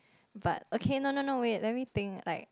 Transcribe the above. but okay no no no wait let me think like